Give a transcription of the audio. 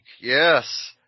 yes